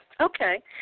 Okay